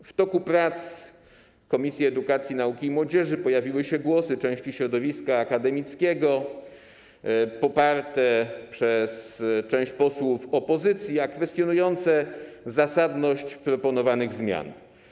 W toku prac Komisji Edukacji, Nauki i Młodzieży pojawiły się głosy części środowiska akademickiego, poparte przez część posłów opozycji, kwestionujące zasadność proponowanych zmian.